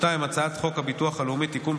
2. הצעת חוק הביטוח הלאומי (תיקון,